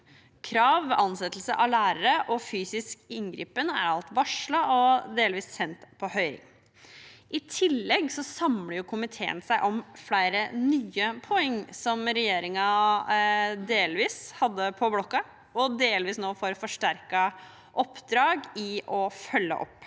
Krav ved ansettelse av lærere og fysisk inngripen er alt varslet og delvis sendt på høring. I tillegg samler komiteen seg om flere nye poeng som regjeringen delvis hadde på blokken og delvis nå får et forsterket oppdrag i å følge opp.